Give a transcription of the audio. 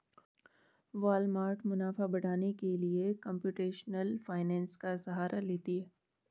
Walmart मुनाफा बढ़ाने के लिए कंप्यूटेशनल फाइनेंस का सहारा लेती है